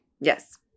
yes